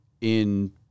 in-